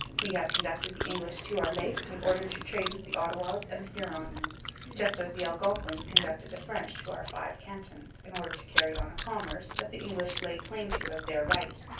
we have conducted the english to our lakes in order to trade with the ottawas and the hurons just as the algonquins. conducted the french to our five cantons, in order to carry on a commerce that the english lay claim to as their right.